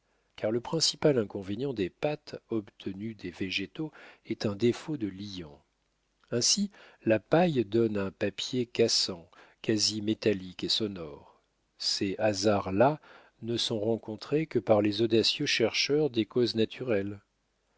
car le principal inconvénient des pâtes obtenues des végétaux est un défaut de liant ainsi la paille donne un papier cassant quasi métallique et sonore ces hasards là ne sont rencontrés que par les audacieux chercheurs des causes naturelles